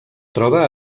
troba